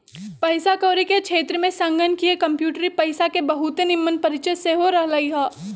पइसा कौरी के क्षेत्र में संगणकीय कंप्यूटरी पइसा के बहुते निम्मन परिचय सेहो रहलइ ह